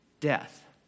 Death